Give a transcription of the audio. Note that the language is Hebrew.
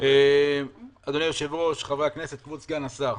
אדוני היושב-ראש, כבוד סגן השר,